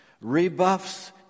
Rebuffs